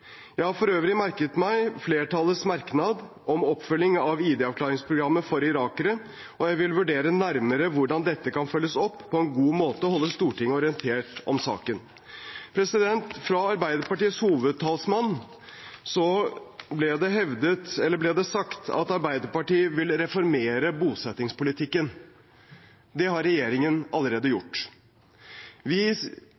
Jeg har for øvrig merket meg flertallets merknader om oppfølging av ID-avklaringsprogrammet for irakere, og jeg vil vurdere nærmere hvordan dette kan følges opp på en god måte, og holde Stortinget orientert om saken. Fra Arbeiderpartiets hovedtalsmann ble det sagt at Arbeiderpartiet vil reformere bosettingspolitikken. Det har regjeringen allerede